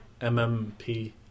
MMP